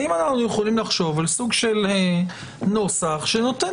האם אנחנו יכולים לחשוב על סוג של נוסח שנותן